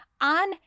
On